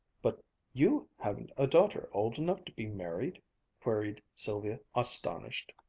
but you haven't a daughter old enough to be married queried sylvia, astonished.